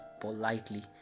politely